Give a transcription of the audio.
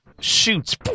shoots